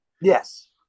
Yes